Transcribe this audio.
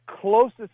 closest